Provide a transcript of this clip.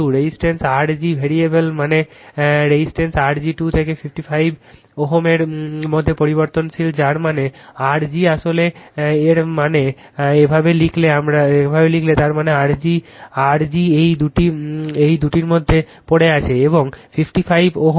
resistance R g variable মানে এই resistance R g 2 থেকে 55 Ω এর মধ্যে পরিবর্তনশীল যার মানে R g আসলে এর মানে এভাবে লিখলে তার মানে R g এই দুটির মধ্যে পড়ে আছে এবং 55 Ω